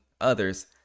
others